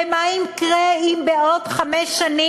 ומה יקרה אם בעוד חמש שנים,